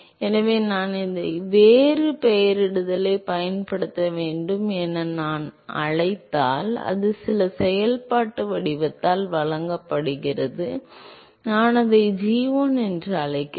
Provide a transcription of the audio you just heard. எனவே நான் இதை வேறு பெயரிடலைப் பயன்படுத்த வேண்டும் என நான் அழைத்தால் அது சில செயல்பாட்டு வடிவத்தால் வழங்கப்படுகிறது நான் அதை g1 என்று அழைக்கிறேன்